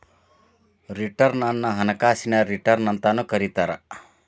return ಅನ್ನ ಹಣಕಾಸಿನ return ಅಂತಾನೂ ಕರಿತಾರ